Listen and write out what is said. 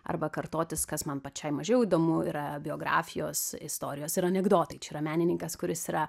arba kartotis kas man pačiai mažiau įdomu yra biografijos istorijos ir anekdotai čia yra menininkas kuris yra